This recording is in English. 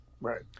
Right